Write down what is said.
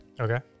Okay